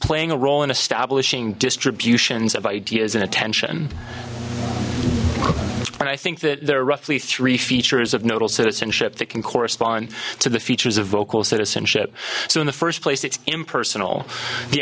playing a role in establishing distributions of ideas and attention and i think that there are roughly three features of nodal citizenship that can correspond to the features of vocal citizenship so in the first place its impersonal the